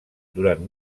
durant